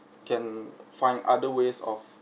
can find other ways of